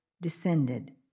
descended